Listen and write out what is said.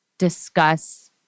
discuss